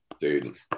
Dude